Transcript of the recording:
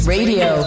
Radio